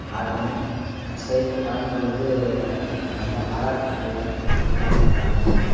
பாடுவேன் ஸ்டேஜில் பாடும் பொழுது ப நல்ல பாராட்டுக்கள்லாம் கிடைக்கும் நல்ல ஸ் பாடுனீங்க